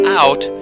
out